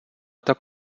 tak